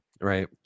right